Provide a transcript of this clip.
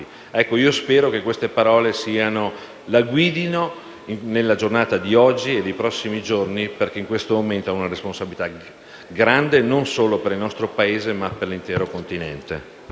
del Consiglio, che queste parole la guidino nella giornata di oggi e nei prossimi giorni, perché in questo momento ha una responsabilità grande, non solo per il nostro Paese, ma per l'intero Continente.